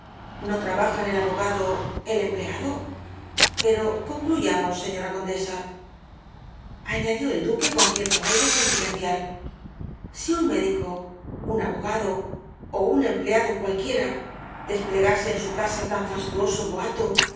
no trabajan el abogado el empleado pero concluyamos señora condesaañadió el duque con cierto aire confidencial si un médico un abogado ó un empleado cualquiera desplegase en su casa tan fastuoso boato